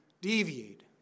deviate